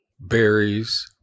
berries